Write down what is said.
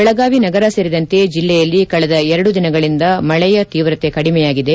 ಬೆಳಗಾವಿ ನಗರ ಸೇರಿದಂತೆ ಜಿಲ್ಲೆಯಲ್ಲಿ ಕಳೆದ ಎರಡು ದಿನಗಳಿಂದ ಮಳೆಯ ತೀವ್ರತೆ ಕಡಿಮೆಯಾಗಿದೆ